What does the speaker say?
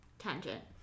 tangent